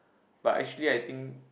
but actually I think